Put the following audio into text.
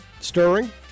stirring